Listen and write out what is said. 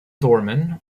doorman